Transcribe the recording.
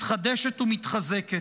מתחדשת ומתחזקת.